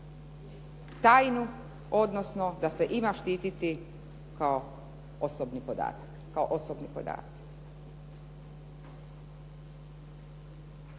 tajnu, odnosno da se ima štititi kao osobni podaci.